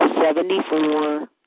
seventy-four